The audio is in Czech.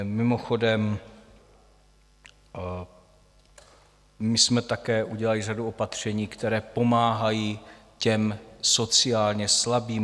Mimochodem jsme také udělali řadu opatření, která pomáhají sociálně slabým.